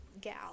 gal